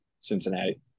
Cincinnati